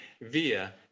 via